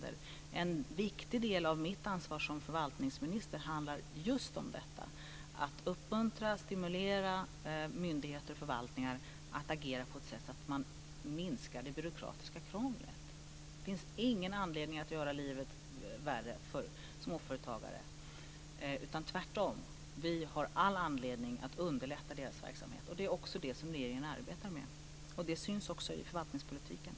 En viktig del av mitt ansvar som förvaltningsminister handlar just om detta: att uppmuntra och stimulera myndigheter och förvaltningar att agera på ett sådant sätt att man minskar det byråkratiska krånglet. Det finns ingen anledning att göra livet värre för småföretagare, utan tvärtom: Vi har all anledning att underlätta deras verksamhet. Det är vad regeringen arbetar med. Det syns också i förvaltningspolitiken.